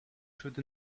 through